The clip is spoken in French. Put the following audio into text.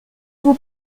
vous